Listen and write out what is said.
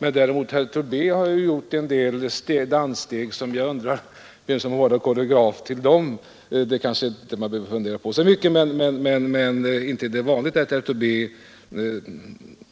Herr Tobé däremot har gjort en del danssteg som jag undrar vem som varit koreograf till. Det kanska man inte behöver fundera över så mycket, men inte är det vanligt att herr Tobé